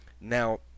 now